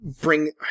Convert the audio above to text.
bring